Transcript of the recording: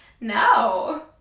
no